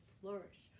flourish